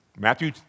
Matthew